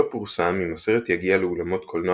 לא פורסם אם הסרט יגיע לאולמות קולנוע